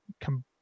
come